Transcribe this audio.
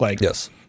Yes